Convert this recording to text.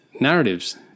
narratives